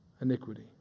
iniquity